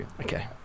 Okay